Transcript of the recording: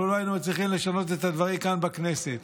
אנחנו לא היינו צריכים לשנות את הדברים כאן בכנסת.